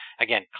again